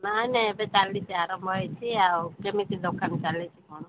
ନାଇଁ ନାଇଁ ଏବେ ଚାଲିଛି ଆରମ୍ଭ ହୋଇଛି ଆଉ କେମିତି ଦୋକାନ ଚାଲିଛି କ'ଣ